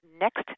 Next